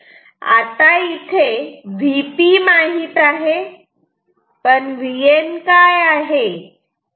आता इथे Vp माहित आहे पण Vn काय आहे